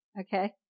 okay